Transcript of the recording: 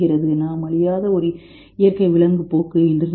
நாம் அழியாத ஒரு இயற்கை விலங்கு போக்கு என்று நினைக்கிறேன்